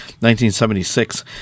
1976